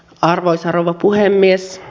arvoisa rouva puhemies